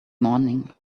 morning